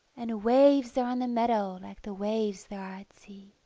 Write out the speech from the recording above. and waves are on the meadow like the waves there are at sea.